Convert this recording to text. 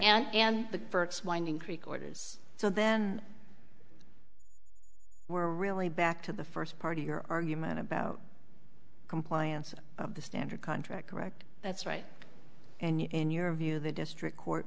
burkes winding creek orders so then we're really back to the first part of your argument about compliance with the standard contract correct that's right and in your view the district court